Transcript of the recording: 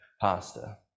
pasta